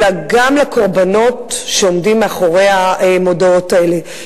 אלא גם לקורבנות שעומדים מאחורי המודעות האלה,